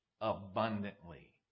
abundantly